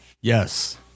Yes